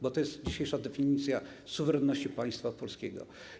Bo to jest dzisiejsza definicja suwerenności państwa polskiego.